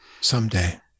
Someday